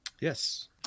Yes